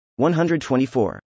124